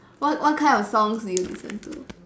what what kind of songs do you listen to